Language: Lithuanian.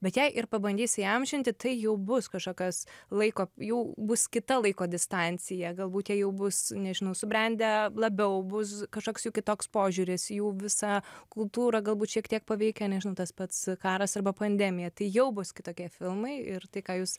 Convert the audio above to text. bet jei ir pabandys įamžinti tai jau bus kažkokios laiko jau bus kita laiko distancija galbūt jie jau bus nežinau subrendę labiau bus kažkoks jų kitoks požiūris jų visa kultūrą galbūt šiek tiek paveikė nežinau tas pats karas arba pandemija tai jau bus kitokie filmai ir tai ką jūs